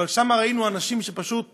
אבל ראינו שם אנשים שפשוט נשרפים,